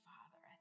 Father